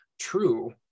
true